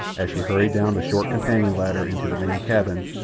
as she hurried down the short companion-ladder into the main cabin,